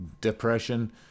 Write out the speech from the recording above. depression